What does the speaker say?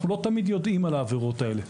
אנחנו לא תמיד יודעים על העבירות האלה.